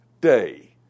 day